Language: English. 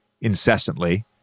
incessantly